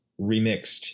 remixed